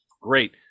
Great